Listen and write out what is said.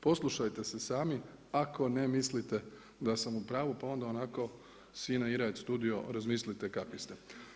Poslušajte se sami ako ne mislite da sam u pravu pa onda onako sine ira et sudio razmislite kakvi ste.